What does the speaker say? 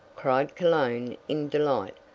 cried cologne in delight.